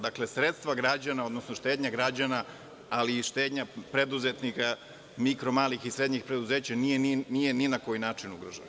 Dakle, sredstva građana, odnosno štednja građana, ali i štednja preduzetnika, mikro malih i srednjih preduzeća nije ni na koji način ugrožena.